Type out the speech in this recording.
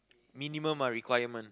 minimum a requirement